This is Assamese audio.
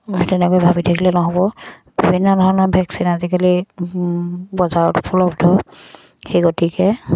তেনেকৈ ভাবি থাকিলে নহ'ব বিভিন্ন ধৰণৰ ভেকচিন আজিকালি বজাৰত উপলব্ধ সেই গতিকে